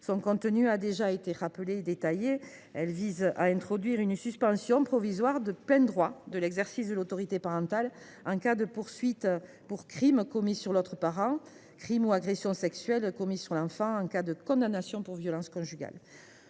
le contenu a déjà été rappelé en détail. Cet article introduit une suspension provisoire de plein droit de l’exercice de l’autorité parentale en cas de poursuites pour crime commis sur l’autre parent ou de crime ou agression sexuelle commis sur l’enfant et en cas de condamnation pour violence conjugale.